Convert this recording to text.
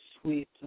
sweet